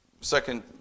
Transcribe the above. second